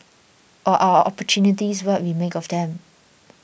or are opportunities what we make of them